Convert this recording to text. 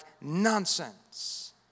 nonsense